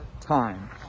time